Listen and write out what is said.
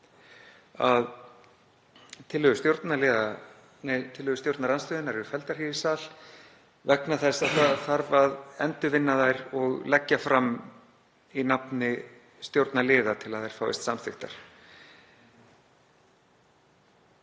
Tillögur stjórnarandstöðunnar eru felldar hér í sal vegna þess að þær þarf að endurvinna og leggja fram í nafni stjórnarliða til að þær fáist samþykktar.